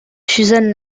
suzanne